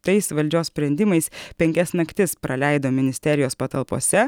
tais valdžios sprendimais penkias naktis praleido ministerijos patalpose